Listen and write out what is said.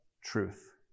Truth